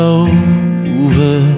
over